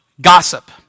gossip